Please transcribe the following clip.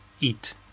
eat